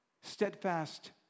Steadfast